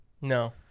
No